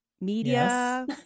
media